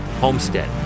Homestead